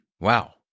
wow